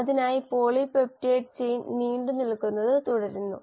അതിനാൽ polypeptide chain നീണ്ടുനിൽക്കുന്നത് തുടരുന്നു